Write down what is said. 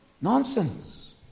Nonsense